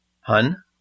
Hun